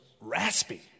raspy